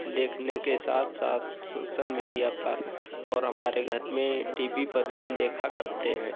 देखने के साथ साथ सोशल मीडिया पर और हमारे घर में टी वी पर भी हम देखा करते हैं